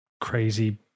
crazy